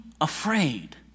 afraid